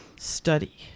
study